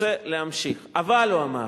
רוצה להמשיך, אבל, הוא אמר